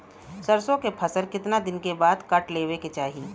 सरसो के फसल कितना दिन के बाद काट लेवे के चाही?